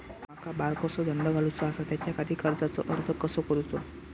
माका बारकोसो धंदो घालुचो आसा त्याच्याखाती कर्जाचो अर्ज कसो करूचो?